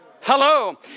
Hello